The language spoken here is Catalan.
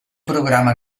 programa